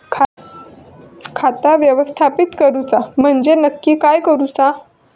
खाता व्यवस्थापित करूचा म्हणजे नक्की काय करूचा?